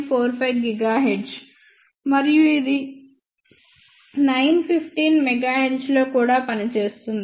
45 GHz మరియు ఇది 915 MHz లో కూడా పని చేస్తుంది